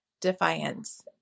defiance